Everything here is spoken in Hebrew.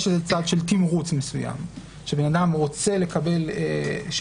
יש לזה צד של תמרוץ מסוים כשבן אדם רוצה